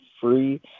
free